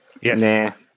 Yes